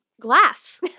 Glass